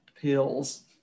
pills